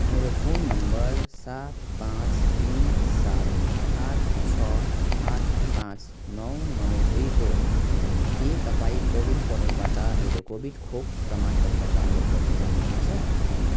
मेरो phone number सात पाँच तिन सात आठ छ आठ पाँच नौ नौ दुई हो के तपाईँँ कोविन पोर्टलबाट मेरो कोभिड खोप प्रमाणपत्र डाउनलोड गर्नु सक्नुहुन्छ